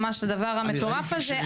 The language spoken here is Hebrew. הדבר המטורף הזה,